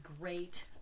great